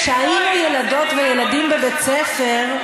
כשהיינו ילדים וילדות בבית-ספר,